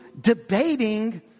debating